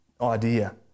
idea